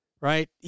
right